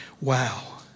Wow